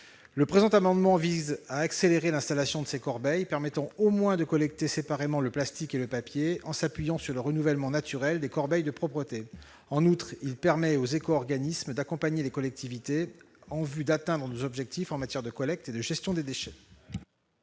Cet amendement vise à accélérer l'installation de ces corbeilles permettant au moins de collecter séparément le plastique et le papier, en s'appuyant sur le renouvellement naturel des corbeilles de propreté. En outre, il tend à permettre aux éco-organismes d'accompagner les collectivités en vue d'atteindre nos objectifs en matière de collecte et de gestion des déchets.